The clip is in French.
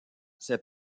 ses